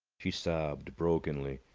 she sobbed brokenly.